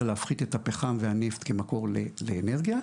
להפחית את הפחם והנפט כמקור לאנרגיה,